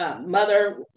mother